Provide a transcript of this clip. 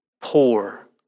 poor